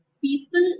People